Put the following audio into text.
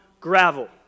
gravel